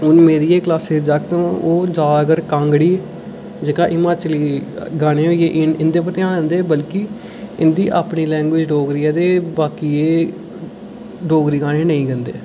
हून जैहडे क्लासे दे जागत न ेह्ह् ज्यादातर कागंडी जैका हिमाचली गाने होई गेउंदे पर घ्यान दिंदे न ब्लकी इंदी अपनी लैंग्जवेज डोगरी ऐ ते डोगरी गाने नेईं गांदे